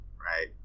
right